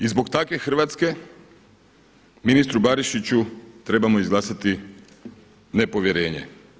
I zbog takve Hrvatske ministru Barišiću trebamo izglasati nepovjerenje.